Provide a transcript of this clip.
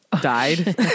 died